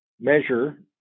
measure